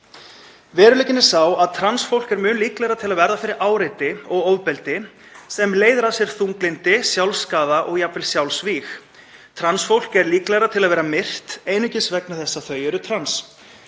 Veruleikinn er sá að trans fólk er mun líklegra til að verða fyrir áreiti og ofbeldi sem leiðir af sér þunglyndi, sjálfsskaða og jafnvel sjálfsvíg. Trans fólk er líklegra til að vera myrt einungis vegna þess að þau eru trans.